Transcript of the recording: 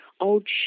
old